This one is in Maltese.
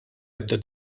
ebda